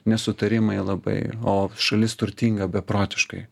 nesutarimai labai o šalis turtinga beprotiškai